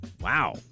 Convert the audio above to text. Wow